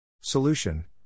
Solution